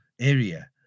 area